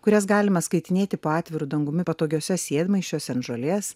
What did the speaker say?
kurias galima skaitinėti po atviru dangumi patogiuose sėdmaišiuose ant žolės